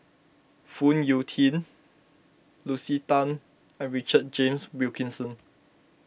Phoon Yew Tien Lucy Tan and Richard James Wilkinson